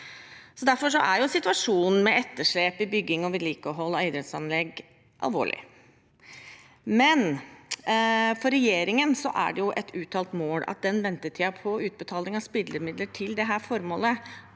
Derfor er situasjonen med etterslep i bygging og vedlikehold av idrettsanlegg alvorlig. Men for regjeringen er det et uttalt mål at ventetiden på utbetaling av spillemidler til dette formålet